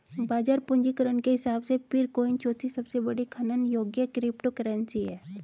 बाजार पूंजीकरण के हिसाब से पीरकॉइन चौथी सबसे बड़ी खनन योग्य क्रिप्टोकरेंसी है